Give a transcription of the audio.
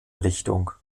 richtung